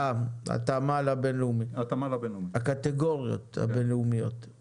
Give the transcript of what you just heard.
התאמה לקטגוריות הבין-לאומיות.